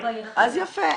אז יפה.